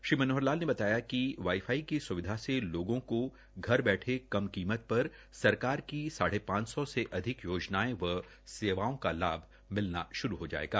श्री मनोहर लाल ने बताया कि वाई फाई की स्विधा से लोगों को घर बैठे कम कीमत पर सरकार की साढ़े पांच सौ से अधिक योजनाओं व सेवाओं का लाभ मिलना श्रू हो जायेगा